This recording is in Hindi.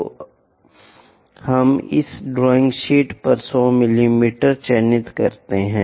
तो हम इस ड्राइंग शीट पर 100 मिमी चिह्नित करते हैं